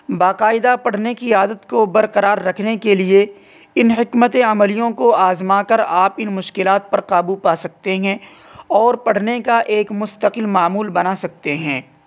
باقاعدہ پڑھنے کی عادت کو برقرار رکھنے کے لیے ان حکمت عملیوں کو آزما کر آپ ان مشکلات پر قابو پا سکتے ہیں اور پڑھنے کا ایک مستقل معمول بنا سکتے ہیں